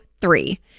three